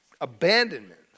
abandonment